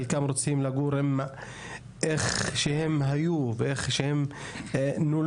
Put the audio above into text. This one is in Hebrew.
חלקם רוצים לגור איך שהם היו ואיך שהם נולדו,